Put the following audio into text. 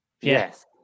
Yes